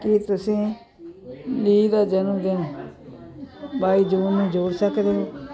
ਕੀ ਤੁਸੀਂ ਲੀ ਦਾ ਜਨਮਦਿਨ ਬਾਈ ਜੂਨ ਨੂੰ ਜੋੜ ਸਕਦੇ ਹੋ